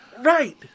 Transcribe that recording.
Right